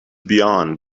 beyond